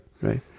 Right